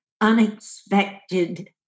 unexpected